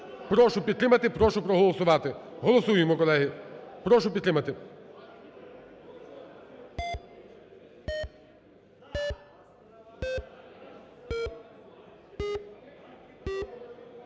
Прошу підтримати. Прошу проголосувати. Голосуємо, колеги. Прошу підтримати.